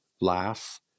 laugh